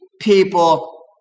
people